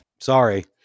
sorry